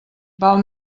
val